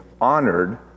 honored